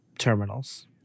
terminals